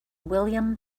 william